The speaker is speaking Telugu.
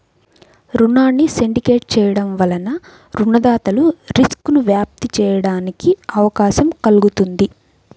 రుణాన్ని సిండికేట్ చేయడం వలన రుణదాతలు రిస్క్ను వ్యాప్తి చేయడానికి అవకాశం కల్గుతుంది